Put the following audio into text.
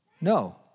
No